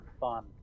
fun